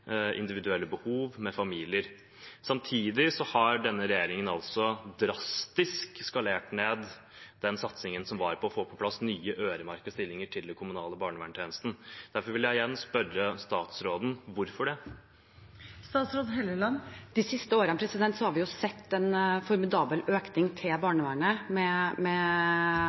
individuelle behov, med familier. Samtidig har denne regjeringen drastisk skalert ned den satsingen som var på å få på plass nye, øremerkede stillinger til den kommunale barnevernstjenesten. Derfor vil jeg igjen spørre statsråden: Hvorfor det? De siste årene har vi sett en formidabel økning til barnevernet med